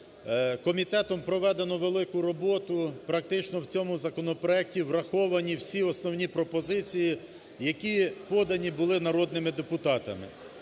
Комітетом проведено велику роботу. Практично в цьому законопроекті враховані всі основні пропозиції, які подані були народними депутатами.